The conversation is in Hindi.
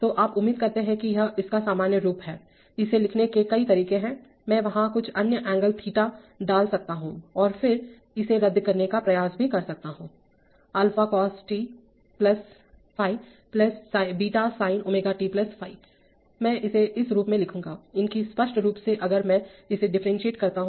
तो आप उम्मीद करते हैं कि यह इसका सामान्य रूप है इसे लिखने के कई तरीके हैमैं वहां कुछ अन्य एंगल थीटा डाल सकता हूं और फिर इसे रद्द करने का प्रयास भी कर सकता हूं α cos t ϕ β sine ωt ϕ मैं इसे इस रूप में लिखूंगा इतनी स्पष्ट रूप से अगर मैं इसे डिफरेंससिएट करता हूं